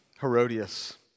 Herodias